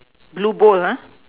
blue bowl lah